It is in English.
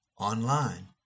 online